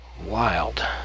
Wild